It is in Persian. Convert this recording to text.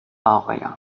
آقایان